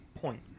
Point